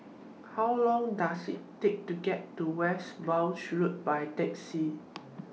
How Long Does IT Take to get to Westbourne Road By Taxi